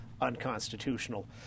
unconstitutional